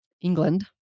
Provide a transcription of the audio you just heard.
England